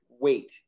wait